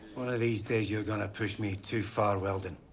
one of these days you are gonna push me too far, weldon.